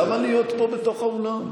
למה להיות פה בתוך האולם?